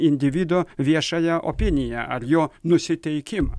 individo viešąją opiniją ar jo nusiteikimą